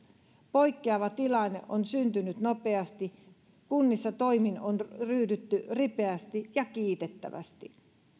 poikkeava tilanne on syntynyt nopeasti kunnissa toimiin on ryhdytty ripeästi ja kiitettävästi